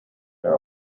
are